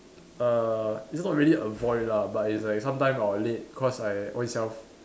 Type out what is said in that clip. err it's not really avoid lah but it's like sometime I will late cause I own self